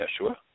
Yeshua